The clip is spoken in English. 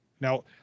Now